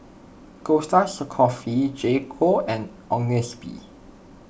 Costa Coffee J Co and Agnes B